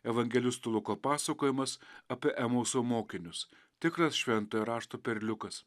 evangelisto luko pasakojimas apie mūsų mokinius tikras šventojo rašto perliukas